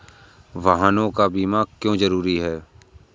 वाहनों का बीमा क्यो जरूरी है?